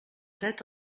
dret